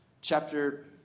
chapter